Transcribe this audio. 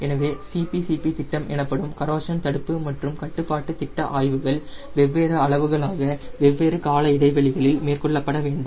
எனவே CPCP திட்டம் எனப்படும் கரோஷன் தடுப்பு மற்றும் கட்டுப்பாட்டு திட்ட ஆய்வுகள் வெவ்வேறு அளவுகளாக வெவ்வேறு கால இடைவெளிகளில் மேற்கொள்ளப்பட வேண்டும்